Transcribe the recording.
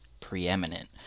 preeminent